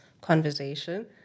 conversation